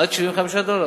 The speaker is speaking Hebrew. עד 75 דולר.